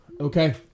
Okay